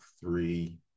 three